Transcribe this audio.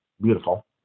Beautiful